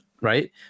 right